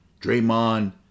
Draymond